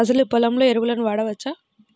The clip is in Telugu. అసలు పొలంలో ఎరువులను వాడవచ్చా?